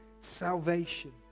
salvation